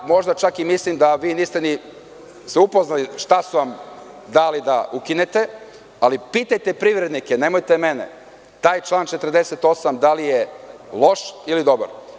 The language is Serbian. Možda čak i mislim da se vi niste ni upoznali šta su vam dali da ukinete, ali pitajte privrednike, nemojte mene, taj član 48. da li je loš ili dobar?